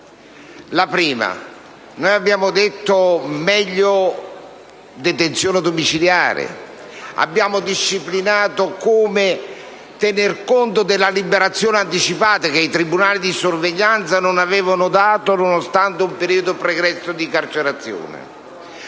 questioni. Abbiamo detto che era meglio la detenzione domiciliare. Abbiamo disciplinato come tener conto della liberazione anticipata, che i tribunali di sorveglianza non avevano concesso, nonostante un periodo pregresso di carcerazione.